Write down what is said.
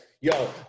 yo